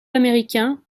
américain